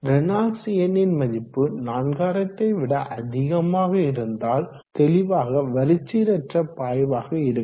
Reynolds எண்ணின் மதிப்பு 4000ஐ விட அதிகமாக இருந்தால் தெளிவாக வரிச்சீரற்ற பாய்வாக இருக்கும்